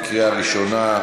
בקריאה ראשונה.